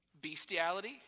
Bestiality